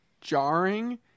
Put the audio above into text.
jarring